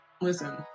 listen